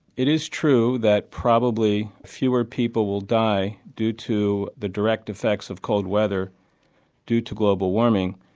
it is true that probably fewer people will die due to the direct effects of cold weather due to global warming,